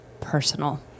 personal